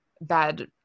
bad